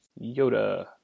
Yoda